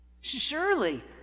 Surely